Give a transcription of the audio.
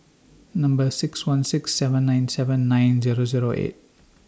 six one six seven nine seven nine Zero Zero eight